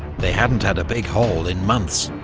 they hadn't had a big haul in months.